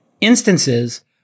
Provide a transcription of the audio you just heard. instances